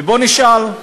ובוא נשאל,